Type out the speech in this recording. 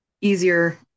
easier